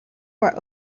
were